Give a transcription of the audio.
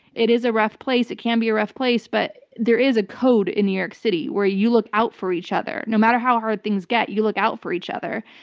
it is a rough place, it can be a rough place, but there is a code in new york city where you look out for each other. no matter how hard things get, you look out for each other.